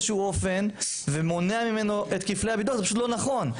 שהוא אופן ומונע ממנו את כפלי הביטוח זה פשוט לא נכון.